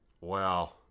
Wow